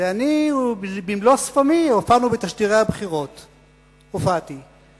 אני, במלוא שפמי, הופעתי בתשדירי הבחירות ואמרתי,